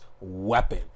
weapon